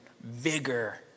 vigor